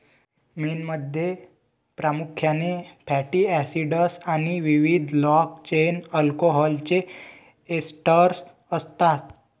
मेणमध्ये प्रामुख्याने fatty acids आणि विविध लाँग चेन अल्कोहोलचे एस्टर असतात